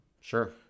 Sure